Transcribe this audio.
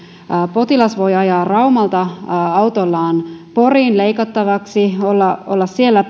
potilas voi ajaa raumalta autollaan poriin leikattavaksi olla olla siellä